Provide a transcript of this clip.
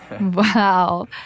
Wow